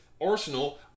Arsenal